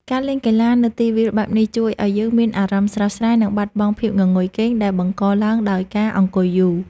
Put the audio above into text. ការលេងកីឡានៅទីវាលបែបនេះជួយឱ្យយើងមានអារម្មណ៍ស្រស់ស្រាយ និងបាត់បង់ភាពងងុយគេងដែលបង្កឡើងដោយការអង្គុយយូរ។